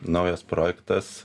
naujas projektas